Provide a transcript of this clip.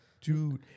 dude